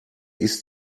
ist